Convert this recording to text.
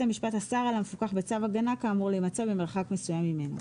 המשפט אסר על המפוקח בצו הגנה כאמור להימצא במרחק מסוים ממנו,